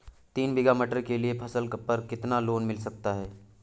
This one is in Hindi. तीन बीघा मटर के लिए फसल पर कितना लोन मिल सकता है?